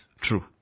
true